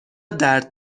درد